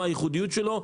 מה הייחודיות שלו,